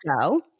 go